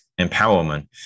empowerment